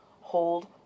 hold